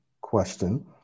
question